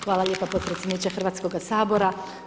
Hvala lijepo potpredsjedniče Hrvatskog sabora.